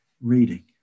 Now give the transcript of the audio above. reading